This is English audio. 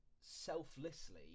selflessly